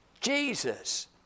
Jesus